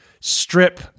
Strip